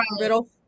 riddle